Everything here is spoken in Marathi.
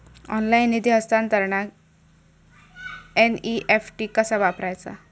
ऑनलाइन निधी हस्तांतरणाक एन.ई.एफ.टी कसा वापरायचा?